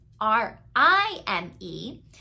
R-I-M-E